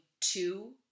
two